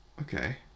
okay